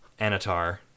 Anatar